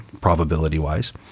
probability-wise